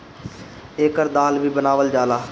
एकर दाल भी बनावल जाला